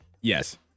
Yes